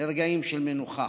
לרגעים של מנוחה.